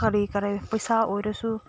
ꯀꯔꯤ ꯀꯔꯤ ꯄꯩꯁꯥ ꯑꯣꯏꯔꯁꯨ